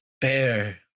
bear